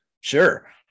sure